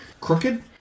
crooked